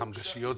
חמגשיות?